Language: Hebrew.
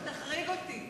תחריג אותי.